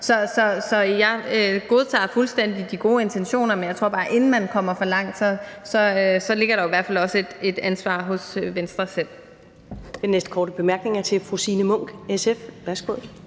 Så jeg godtager fuldstændig de gode intentioner, men jeg tror bare, at der, inden man kommer for langt, så i hvert fald også ligger et ansvar hos Venstre selv.